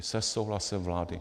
Se souhlasem vlády.